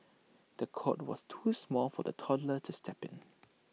the cot was too small for the toddler to step in